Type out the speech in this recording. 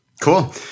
Cool